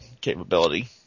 capability